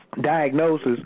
diagnosis